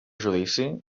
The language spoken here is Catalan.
judici